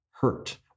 hurt